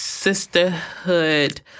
sisterhood